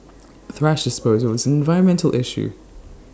thrash disposal is an environmental issue